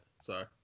sorry